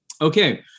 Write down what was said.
Okay